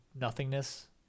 nothingness